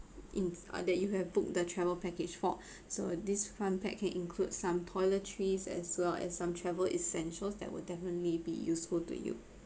in uh that you have booked the travel package for so this fun pack can include some toiletries as well as some travel essentials that will definitely be useful to you